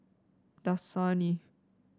dasani